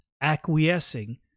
acquiescing